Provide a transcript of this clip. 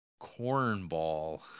cornball